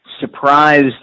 surprised